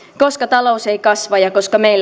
talous ei kasva ja